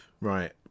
Right